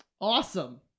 Awesome